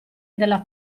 della